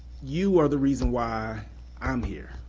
you are the reason why i'm here.